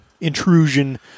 intrusion